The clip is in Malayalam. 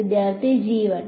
വിദ്യാർത്ഥി g 1